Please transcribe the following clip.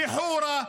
בחורה,